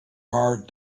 heart